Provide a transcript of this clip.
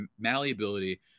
malleability